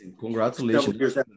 congratulations